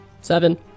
seven